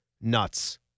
nuts